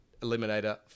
Eliminator